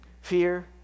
fear